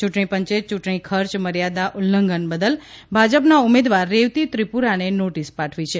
ચૂંટણીપંચે ચૂંટણીખર્ચ મર્યાદા ઉલ્લંઘન બદલ ભાજપના ઉમેદવાર રેવતી ત્રિપુરાને નોટીસ પાઠવી છે